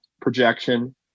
projection